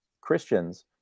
Christians